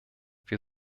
wir